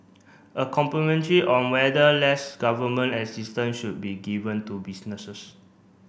a on whether less government assistance should be given to businesses